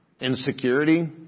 Insecurity